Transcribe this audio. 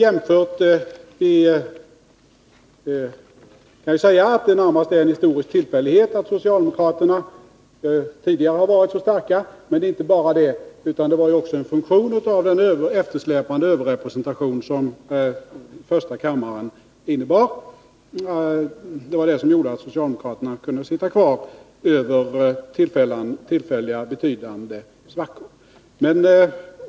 Det var inte bara en historisk tillfällighet att socialdemokraterna tidigare var så starka, utan det var också en funktion av den eftersläpande överrepresentation som första kammaren innebar. Det var detta som gjorde att socialdemokraterna kunde sitta kvar över tillfälliga betydande svackor.